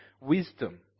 wisdom